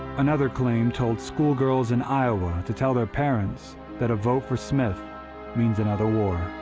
another claim told school girls in iowa to tell their parents that a vote for smith means another war.